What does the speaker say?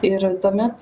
ir tuomet